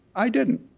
i didn't.